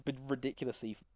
ridiculously